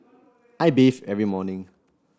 I bathe every morning